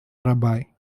rabbi